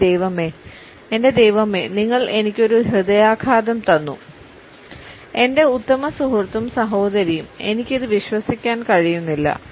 എൻറെ ദൈവമേ എൻറെ ദൈവമേ നിങ്ങൾ എനിക്ക് ഒരു ഹൃദയാഘാതം തന്നു എന്റെ ഉത്തമസുഹൃത്തും സഹോദരിയും എനിക്ക് ഇത് വിശ്വസിക്കാൻ കഴിയുന്നില്ല